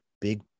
big